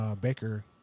Baker